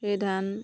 সেই ধান